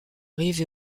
rive